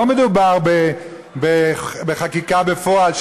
לא מדובר בחקיקה בפועל,